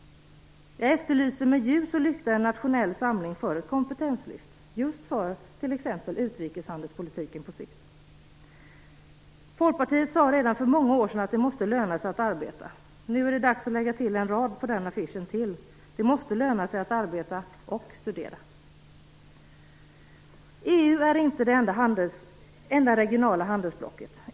Jag efterlyser med ljus och lykta en nationell samling för ett kompetenslyft just för t.ex. utrikeshandelspolitiken på sikt. Folkpartiet sade redan för många år sedan att det måste löna sig att arbeta. Nu är det dags att lägga till en rad till på den affischen: Det måste löna sig att arbeta och studera. EU är inte det enda regionala handelsblocket.